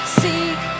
seek